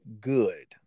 good